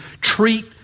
treat